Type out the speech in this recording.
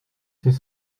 c’est